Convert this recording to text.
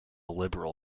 liberal